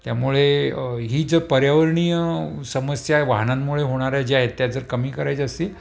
त्यामुळे ही जर पर्यावरणीय समस्या वाहनांमुळे होणाऱ्या ज्या आहेत त्या जर कमी करायची असतील